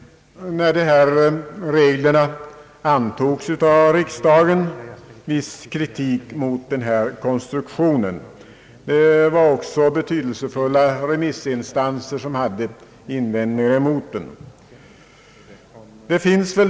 När dessa regler antogs av riksdagen framförde vi viss kritik mot denna konstruktion. Det var också betydelsefulla remissinstanser som hade invändningar att göra emot den.